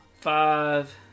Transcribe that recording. five